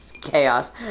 chaos